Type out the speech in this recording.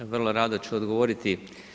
Vrlo rado ću odgovoriti.